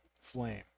flame